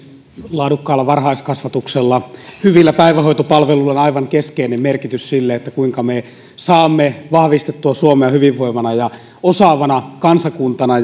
laadukkaalla varhaiskasvatuksella hyvillä päivähoitopalveluilla on aivan keskeinen merkitys siinä kuinka me saamme vahvistettua suomea hyvinvoivana ja osaavana kansakuntana